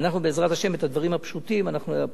ואנחנו, בעזרת השם, את הדברים הפשוטים, מאה אחוז.